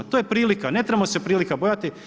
To je prilika, ne trebamo se prilika bojati.